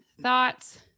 thoughts